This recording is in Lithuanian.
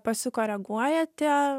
pasikoreguoja tie